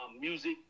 music